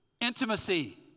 intimacy